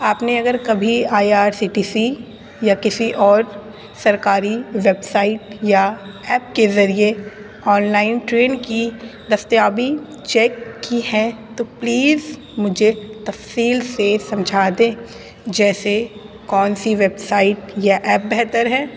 آپ نے اگر کبھی I R C T C یا کسی اور سرکاری ویب سائٹ یا ایپ کے ذریعے آن لائن ٹرین کی دستیابی چیک کی ہے تو پلیز مجھے تفصیل سے سمجھا دیں جیسے کون سی ویب سائٹ یا ایپ بہتر ہے